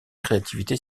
créativité